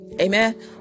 Amen